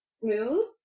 smooth